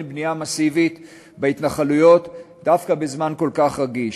בנייה מסיבית בהתנחלויות דווקא בזמן כל כך רגיש.